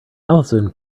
alison